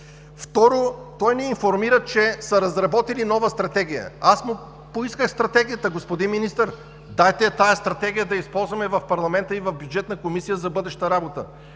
Второ, той ни информира, че са разработили нова стратегия. Поисках му стратегията. „Господин Министър, дайте тази стратегия да я използваме в парламента и в Бюджетната комисия за бъдеща работа.“